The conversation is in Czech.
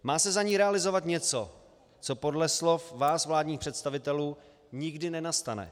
Má se za ně realizovat něco, co podle slov vás, vládních představitelů, nikdy nenastane.